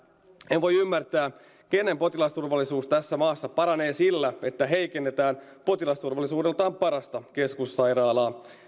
en voi ymmärtää kenenkä potilasturvallisuus tässä maassa paranee sillä että heikennetään potilasturvallisuudeltaan parasta keskussairaalaa